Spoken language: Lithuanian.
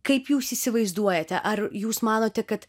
kaip jūs įsivaizduojate ar jūs manote kad